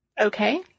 Okay